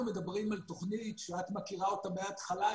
אנחנו מדברים על תכנית שאת מכירה אותה מההתחלה,